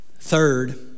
Third